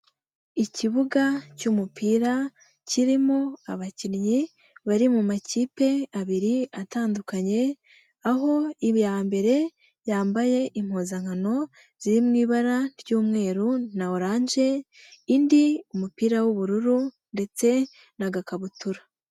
Ikibuga cy'umupira kirimo abakinnyi bari mu makipe abiri atandukanye, aho iya mbere yambaye impuzankano ziri mu ibara ry'umweru na oranje, indi umupira w'ubururu ndetse n'agakabutura.